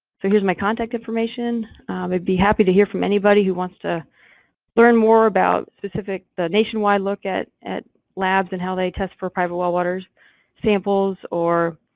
so here's my contact information. i'd be happy to hear from anybody who wants to learn more about specific the nationwide look at at labs, and how they test for private well water samples or